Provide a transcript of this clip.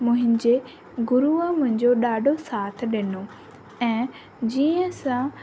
मुहिंजे गुरूअ मुंहिंजो ॾाढो साथ ॾिनो ऐं जीअं सा